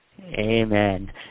Amen